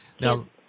Now